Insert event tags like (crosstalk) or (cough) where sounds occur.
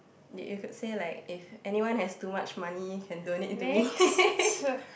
ya you could say like if anyone has too much money can donate to me (laughs)